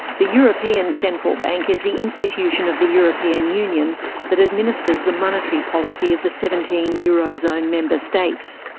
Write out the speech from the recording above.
the european central bank is the institution of the european union that administers the monetary policy of the seventeen euro zone member states.